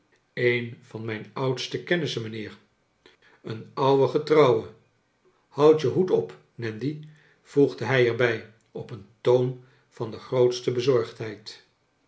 een van mijn oudste keiinissen mijnheer een oude getrouwe houd je hoed op nandy voegde hij er bij op een toon van de grootste bezorgdheid